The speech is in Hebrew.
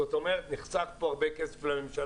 זאת אומרת, נחסך פה הרבה כסף לממשלה.